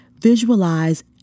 Visualize